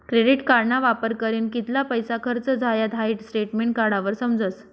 credit कार्डना वापर करीन कित्ला पैसा खर्च झायात हाई स्टेटमेंट काढावर समजस